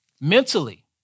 Mentally